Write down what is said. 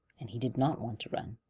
and he did not want to run,